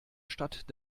stadt